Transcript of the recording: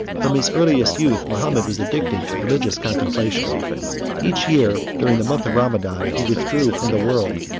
from his earliest youth mahomet was addicted to religious contemplation each year, during the month of ramadan, he withdrew from the world,